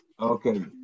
Okay